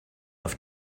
auf